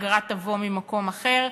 אגרה תבוא ממקום אחר,